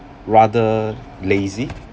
rather lazy